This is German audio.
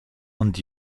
und